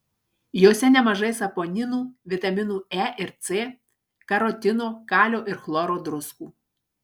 jose nemažai saponinų vitaminų e ir c karotino kalio ir chloro druskų